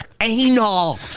anal